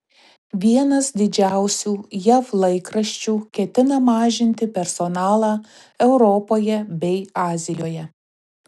vienas didžiausių jav laikraščių ketina mažinti personalą europoje bei azijoje